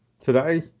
today